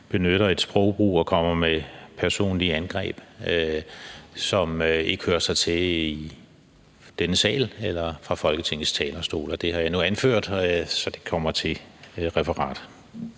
benytter den her sprogbrug og kommer med personlige angreb, som ikke hører hjemme i denne sal eller på Folketingets talerstol. Det har jeg nu anført, så det kommer til referat.